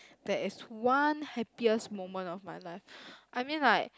there is one happiest moment of my life I mean like